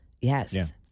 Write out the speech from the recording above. Yes